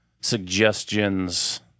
suggestions